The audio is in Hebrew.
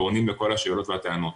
ועונים לכל השאלות והטענות.